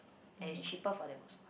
and it's cheaper for them also